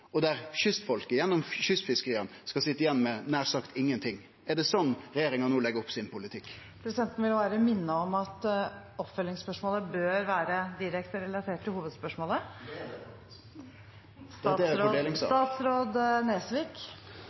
og der kystfolket, gjennom kystfiskeria, skal sitje igjen med nær sagt ingenting? Er det sånn regjeringa no legg opp sin politikk? Presidenten vil bare minne om at oppfølgingsspørsmålet bør være direkte relatert til hovedspørsmålet.